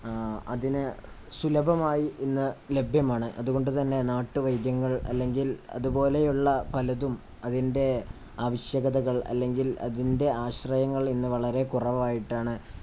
അതിന് സുലഭമായി ഇന്ന് ലഭ്യമാണ് അതുകൊണ്ട് തന്നെ നാട്ടുവൈദ്യങ്ങൾ അല്ലെങ്കിൽ അതുപോലെയുള്ള പലതും അതിൻ്റെ ആവശ്യകതകൾ അല്ലെങ്കിൽ അതിൻ്റെ ആശ്രയങ്ങൾ ഇന്ന് വളരെ കുറവായിട്ടാണ്